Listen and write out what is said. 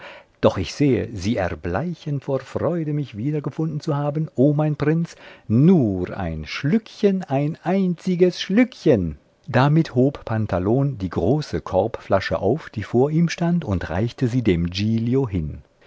doch ich sehe sie erbleichen vor freude mich wiedergefunden zu haben o mein prinz nur ein schlückchen ein einziges schlückchen damit hob pantalon die große korbflasche auf die vor ihm stand und reichte sie dem giglio hin